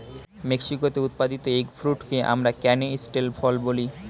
মেক্সিকোতে উৎপাদিত এগ ফ্রুটকে আমরা ক্যানিস্টেল ফল বলি